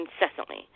incessantly